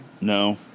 No